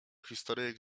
historyjek